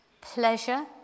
pleasure